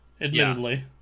Admittedly